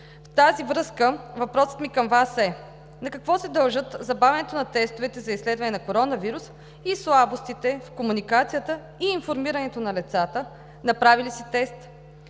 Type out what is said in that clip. В тази връзка въпросът ми към Вас е: на какво се дължат забавянето на тестовете за изследване на коронавирус и слабостите в комуникацията и информирането на лицата, направили си тест?